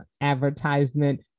advertisement